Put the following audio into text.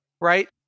right